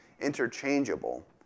interchangeable